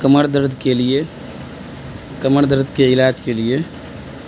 کمر درد کے لیے کمر درد کے علاج کے لیے